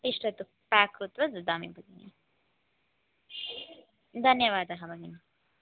तिष्ठतु पेक् कृत्वा ददामि भगिनि धन्यवादः भगिनि